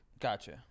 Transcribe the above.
Gotcha